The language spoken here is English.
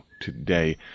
today